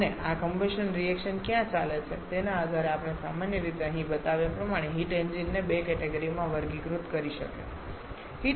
અને આ combustion reaction ક્યાં ચાલે છે તેના આધારે આપણે સામાન્ય રીતે અહીં બતાવ્યા પ્રમાણે હીટ એન્જિન ને બે કેટેગરીમાં વર્ગીકૃત કરી શકીએ છીએ